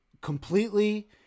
completely